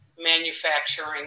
manufacturing